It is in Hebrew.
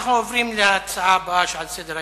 אנחנו עוברים להצעה הבאה שעל סדר-היום: